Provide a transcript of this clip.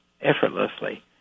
effortlessly